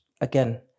again